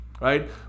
right